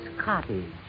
cottage